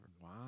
Wow